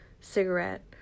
cigarette